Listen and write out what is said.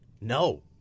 No